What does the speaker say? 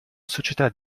società